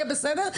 יהיה בסדר,